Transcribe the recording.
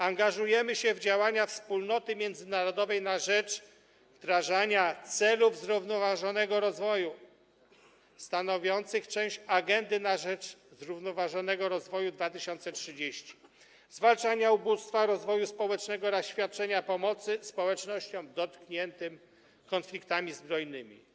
Angażujemy się w działania wspólnoty międzynarodowej na rzecz wdrażania celów zrównoważonego rozwoju stanowiących część Agendy na rzecz zrównoważonego rozwoju 2030, zwalczania ubóstwa, rozwoju społecznego oraz świadczenia pomocy społecznościom dotkniętym konfliktami zbrojnymi.